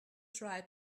try